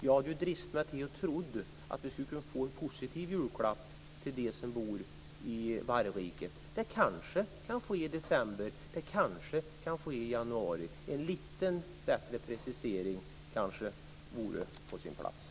Jag har ju dristat mig att tro att de som bor i vargriket skulle kunna få en positiv julklapp. Det kanske kan ske i december. Det kanske kan ske i januari. En lite bättre precisering kanske vore på sin plats.